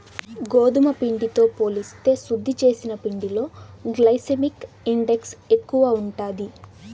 గోధుమ పిండితో పోలిస్తే శుద్ది చేసిన పిండిలో గ్లైసెమిక్ ఇండెక్స్ ఎక్కువ ఉంటాది